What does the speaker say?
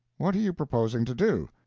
what are you proposing to do?